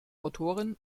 autorin